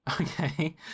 Okay